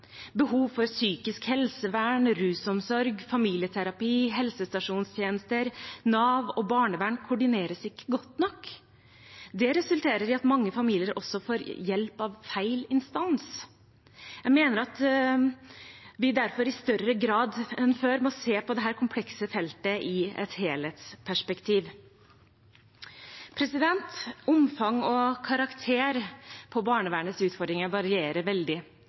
Behov for psykisk helsevern, rusomsorg, familieterapi, helsestasjonstjenester, Nav og barnevern koordineres ikke godt nok. Det resulterer i at mange familier får hjelp av feil instans. Jeg mener at vi derfor i større grad enn før må se på dette komplekse feltet i et helhetsperspektiv. Omfang og karakter på barnevernets utfordringer varierer veldig,